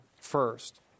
first